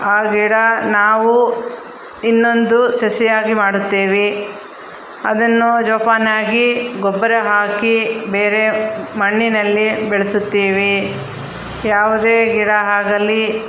ಆ ಗಿಡ ನಾವು ಇನ್ನೊಂದು ಸಸಿಯಾಗಿ ಮಾಡುತ್ತೇವೆ ಅದನ್ನು ಜೋಪಾನಾಗಿ ಗೊಬ್ಬರ ಹಾಕಿ ಬೇರೆ ಮಣ್ಣಿನಲ್ಲಿ ಬೆಳೆಸುತ್ತೀವಿ ಯಾವುದೇ ಗಿಡ ಆಗಲಿ